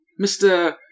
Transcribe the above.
Mr